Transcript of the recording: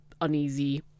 uneasy